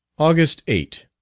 august eight.